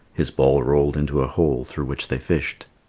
his ball rolled into a hole through which they fished.